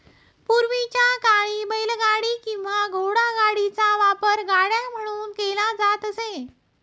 पूर्वीच्या काळी बैलगाडी किंवा घोडागाडीचा वापर गाड्या म्हणून केला जात असे